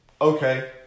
Okay